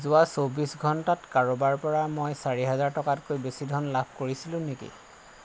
যোৱা চৌব্বিছ ঘণ্টাত কাৰোবাৰ পৰা মই চাৰি হাজাৰ টকাতকৈ বেছি ধন লাভ কৰিছিলোঁ নেকি